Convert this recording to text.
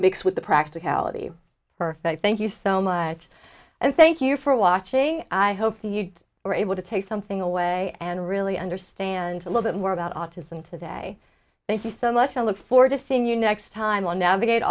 mixed with the practicality for that i thank you so much and thank you for watching i hope you are able to take something away and really understand a little bit more about autism today thank you so much i look forward to seeing you next time on navigate